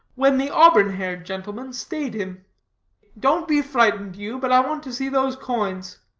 when the auburn-haired gentleman staid him don't be frightened, you but i want to see those coins.